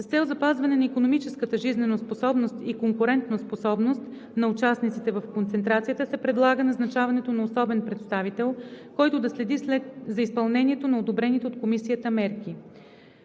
С цел запазване на икономическата жизнеспособност и конкурентоспособност на участниците в концентрацията се предлага назначаването на особен представител, който да следи за изпълнението на одобрените от Комисията мерки.